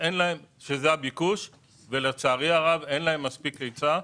שזה הביקוש ולצערי הרב אין להם מספיק היצע,